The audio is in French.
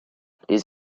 les